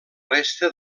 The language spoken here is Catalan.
resta